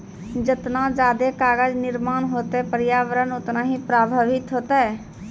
जतना जादे कागज निर्माण होतै प्रर्यावरण उतना ही प्रभाबित होतै